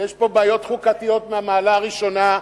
ויש פה בעיות חוקתיות מהמעלה הראשונה,